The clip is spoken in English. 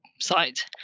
site